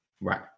Right